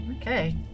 Okay